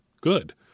good